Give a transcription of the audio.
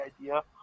idea